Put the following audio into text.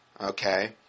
Okay